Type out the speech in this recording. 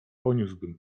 poniósłbym